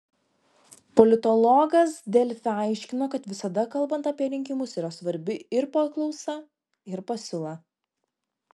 politologas delfi aiškino kad visada kalbant apie rinkimus yra svarbi ir paklausa ir pasiūla